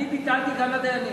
אני ביטלתי גם לדיינים.